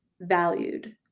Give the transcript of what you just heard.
valued